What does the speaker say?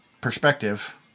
perspective